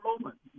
moment